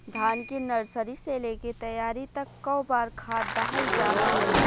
धान के नर्सरी से लेके तैयारी तक कौ बार खाद दहल जाला?